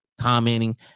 commenting